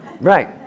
Right